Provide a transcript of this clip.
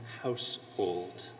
household